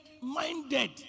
minded